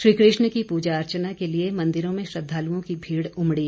श्रीकृष्ण की पूजा अर्चना के लिए मंदिरों में श्रद्वालुओं की भीड़ उमड़ी